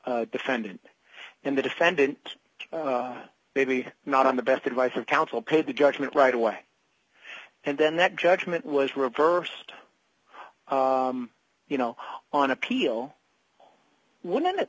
defendant and the defendant maybe not on the best advice of counsel paid the judgment right away and then that judgment was reversed you know on appeal when a